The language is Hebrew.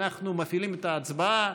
אנחנו מפעילים את ההצבעה,